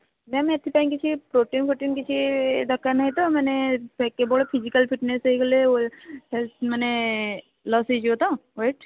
ma'am ଏଥିପାଇଁ କିଛି protein ଫ୍ରୋଟିନ୍ କିଛି ଦରକାର ନାହିଁ ତ ମାନେ କେବଳ ଫିଜିକାଲ୍ ଫିଟନେସ୍ ହେଇଗଲେ ୱ ହେଲ୍ଥ୍ ମାନେ ଲସ୍ ହେଇଯିବ ତ ୱେଟ୍